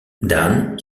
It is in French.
dan